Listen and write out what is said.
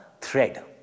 thread